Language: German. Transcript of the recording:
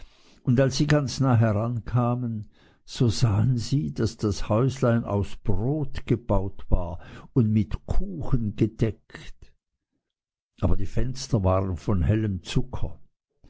und als sie ganz nah herankamen so sahen sie daß das häuslein aus brot gebaut war und mit kuchen gedeckt aber die fenster waren von hellem zucker